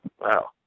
Wow